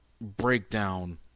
breakdown